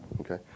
Okay